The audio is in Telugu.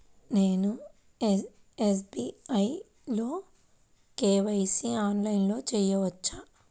నేను ఎస్.బీ.ఐ లో కే.వై.సి ఆన్లైన్లో చేయవచ్చా?